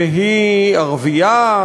והיא ערבייה,